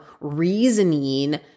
reasoning